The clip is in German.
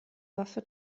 waffe